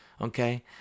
Okay